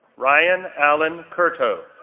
ryan allen curto,